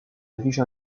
affiches